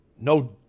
no